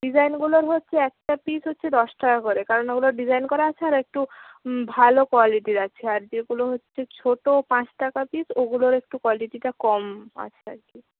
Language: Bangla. ডিজাইনগুলোর হচ্ছে একটা পিস হচ্ছে দশ টাকা করে কারণ ওগুলো ডিজাইন করা আছে আর একটু ভালো কোয়ালিটির আছে আর যেগুলো হচ্ছে ছোটো পাঁচ টাকা পিস ওগুলোর একটু কোয়ালিটিটা কম আছে আর কি